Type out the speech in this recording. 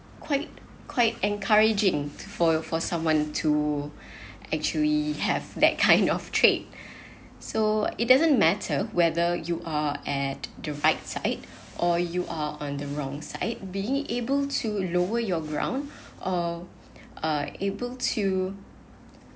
quite quite encouraging for for someone to actually have that kind of trade so it doesn't matter whether you are at the right side or you are on the wrong side being able to lower your ground or uh able to